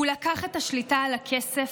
הוא לקח את השליטה על הכסף,